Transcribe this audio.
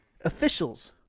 Officials